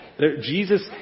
Jesus